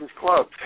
club